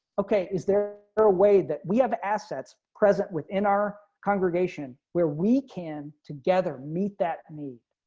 okay, is there there a way that we have assets present within our congregation, where we can together meet that need.